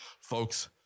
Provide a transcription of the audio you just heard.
Folks